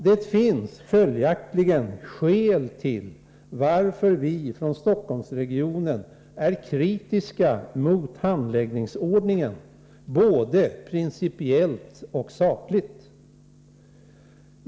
Det finns följaktligen skäl till att vi från Stockholmsregionen är kritiska mot handläggningsordningen — både principiellt och sakligt.